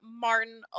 Martin